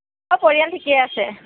অঁ পৰিয়াল ঠিকেই আছে